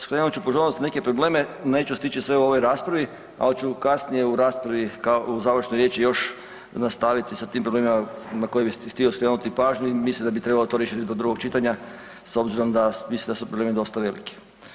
Skrenut ću pozornost na neke probleme, neću stići sve u ovoj raspravi, ali ću kasnije u raspravi u završnoj riječi još nastaviti s tim problemima na koje bi htio skrenuti pažnju i mislim da bi trebalo to riješiti do drugog čitanja s obzirom da mislim da su problemi dosta veliki.